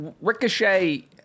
ricochet